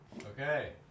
Okay